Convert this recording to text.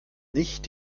nicht